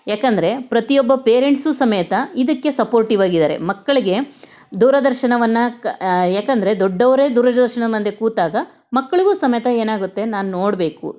ಯಾಕಂದರೆ ಪ್ರತಿಯೊಬ್ಬ ಪೇರೆಂಟ್ಸು ಸಮೇತ ಇದಕ್ಕೆ ಸಪೋರ್ಟಿವ್ ಆಗಿದ್ದಾರೆ ಮಕ್ಕಳಿಗೆ ದೂರದರ್ಶನವನ್ನು ಕ ಯಾಕಂದರೆ ದೊಡ್ಡವರೇ ದೂರದರ್ಶನ ಮುಂದೆ ಕೂತಾಗ ಮಕ್ಳಿಗೂ ಸಮೇತ ಏನಾಗುತ್ತೆ ನಾನೂ ನೋಡಬೇಕು